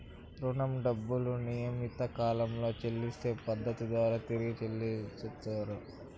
రుణం డబ్బులు నియమిత కాలంలో చెల్లించే పద్ధతి ద్వారా తిరిగి చెల్లించుతరు